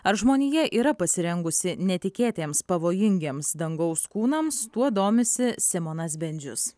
ar žmonija yra pasirengusi netikėtiems pavojingiems dangaus kūnams tuo domisi simonas bendžius